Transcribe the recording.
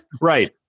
Right